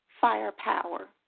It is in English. firepower